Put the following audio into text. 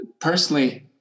personally